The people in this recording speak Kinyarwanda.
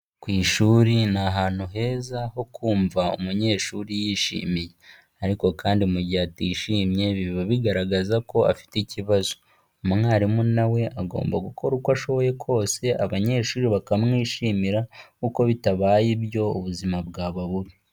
Ku ishuri ni ahantu heza ho kumva umunyeshuri yishimiye. Ariko kandi mu gihe atishimye biba bigaragaza ko afite ikibazo. Umwarimu na we agomba gukora uko ashoboye kose abanyeshuri bakamwishimira, kuko bitabaye ibyo ubuzima bwaba bubi.